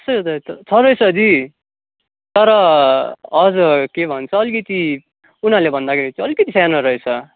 यसो हेर्दा त छ रहेछ दी तर हजुर के भन्छ अलिकति उनीहरूले भन्दाखेरि चाहिँ अलिकिति सानो रहेछ